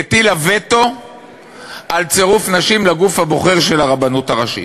הטילה וטו על צירוף נשים לגוף הבוחר של הרבנות הראשית.